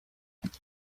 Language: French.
vous